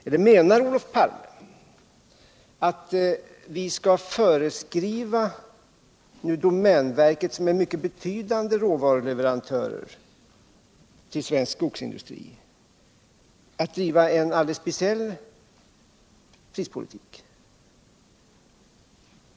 Eller menar Olof Palme att vi skall föreskriva domänverket, som är en mycket betydande råvaruleverantör till svensk skogsindustri, att driva en alldeles speciell prispolitik?